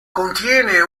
contiene